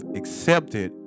accepted